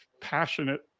passionate